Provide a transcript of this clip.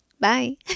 bye